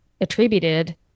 attributed